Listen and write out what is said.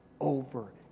over